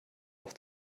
auch